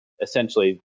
essentially